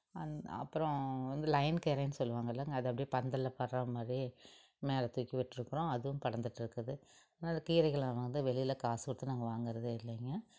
an அப்புறம் வந்து லைன் கீரைனு சொல்லுவாங்கள்ல அது அப்படியே பந்தல்ல படற மாதிரி மேலே தூக்கி விட்டிருக்கறோம் அதுவும் படர்ந்துட்ருக்குது ஆனால் அந்த கீரைகளை நான் வந்து வெளியில காசு கொடுத்து நாங்கள் வாங்குறதே இல்லைங்க